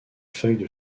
feuilles